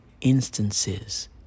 instances